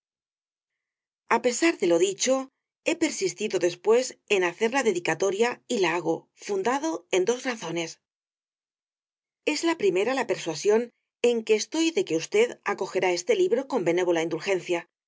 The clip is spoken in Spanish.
á pesar de lo dicho he persistido después en hacer la dedicatoria y la hago fundado en dos razones es la primera la persuasión en que estoy de que usted acogerá este libro con benévola indulgencia